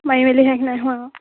মাৰি মেলি শেষ নাই হোৱা অঁ